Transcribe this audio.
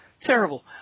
terrible